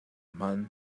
hman